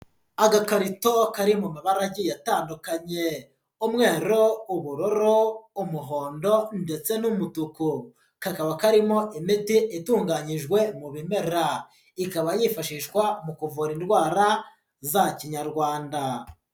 Agakarito kari mu mabara agiye atandukanye. Umweru, ubururu, umuhondo ndetse n'umutuku. Kakaba karimo imiti itunganyijwe mu bimera. Ikaba yifashishwa mu kuvura indwara za kinyarwanda.